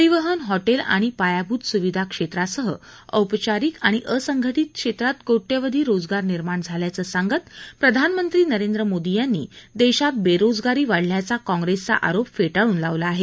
परिवहन हॉटेल आणि पायाभूत सुविधा क्षेत्रासह औपचारिक आणि असंघटीत क्षेत्रात कोट्यवधी रोजगार निर्माण झाल्याचं सांगत प्रधानमंत्री नरेंद्र मोदी यांनी देशात बेरोजगारी वाढल्याचा काँग्रेसचा आरोप फेटाळून लावला आहे